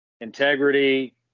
integrity